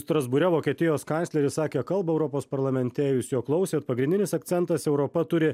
strasbūre vokietijos kancleris sakė kalbą europos parlamente jūs jo klausėt pagrindinis akcentas europa turi